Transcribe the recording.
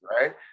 right